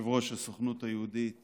יושב-ראש הסוכנות היהודית